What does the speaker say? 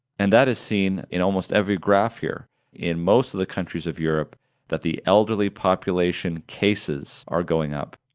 and that is seen in almost every graph here in most of the countries of europe that the elderly population cases are going up,